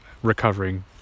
recovering